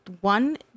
one